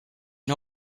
and